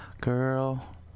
Girl